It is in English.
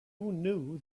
knew